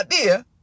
idea